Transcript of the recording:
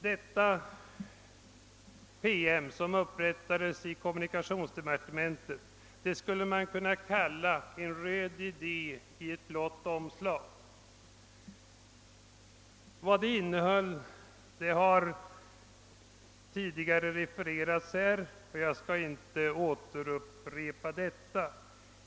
Den upprättades i kommunikationsdepartementet, och man skulle kunna kalla den för en röd idé i ett blått omslag. Vad den innehöll har tidigare refererats här, och jag skall inte upprepa det.